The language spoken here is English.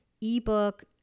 ebook